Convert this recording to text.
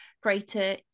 greater